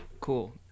Cool